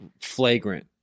flagrant